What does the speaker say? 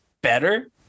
better